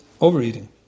overeating